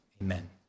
Amen